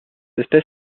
espèce